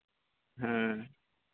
ᱦᱮᱸ